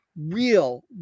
real